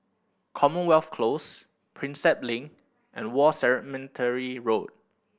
Commonwealth Close Prinsep Link and War Cemetery Road